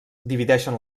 divideixen